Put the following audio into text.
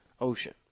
ocean